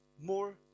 more